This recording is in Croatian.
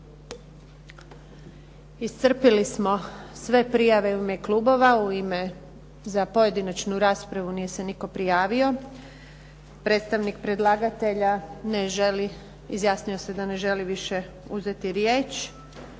Iscrpili smo sve prijave u ime klubova. Za pojedinačnu raspravu nije se nitko prijavio. Predstavnik predlagatelja izjasnio se da ne želi više uzeti riječ,